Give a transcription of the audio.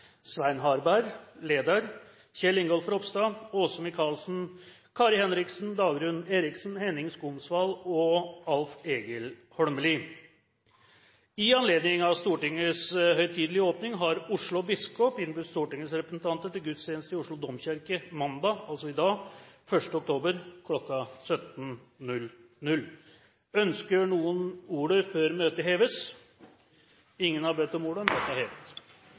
Svein Harberg, leder, Kjell Ingolf Ropstad, Åse Michaelsen, Kari Henriksen, Dagrun Eriksen, Henning Skumsvoll og Alf Egil Holmelid. I anledning av Stortingets høytidelige åpning har Oslo biskop innbudt Stortingets representanter til gudstjeneste i Oslo Domkirke mandag 1. oktober, altså i dag, kl. 17. Ønsker noen ordet før møtet heves? – Møtet er hevet.